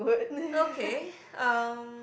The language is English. okay um